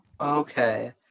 okay